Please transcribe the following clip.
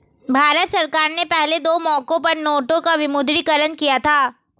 भारत सरकार ने पहले दो मौकों पर नोटों का विमुद्रीकरण किया था